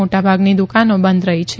મોટાભાગની દુકાનો બંધ રહી છે